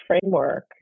framework